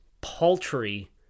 paltry